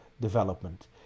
development